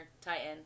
Titan